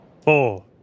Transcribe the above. four